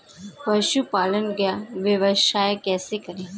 पशुपालन का व्यवसाय कैसे करें?